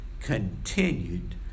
continued